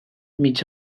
mig